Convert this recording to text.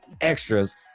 extras